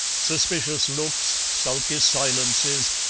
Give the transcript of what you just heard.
suspicious looks, sulky silences,